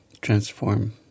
Transform